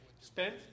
Spend